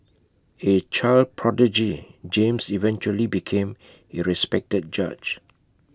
A child prodigy James eventually became A respected judge